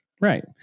Right